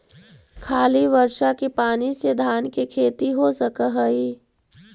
खाली बर्षा के पानी से धान के खेती हो सक हइ?